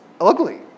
ugly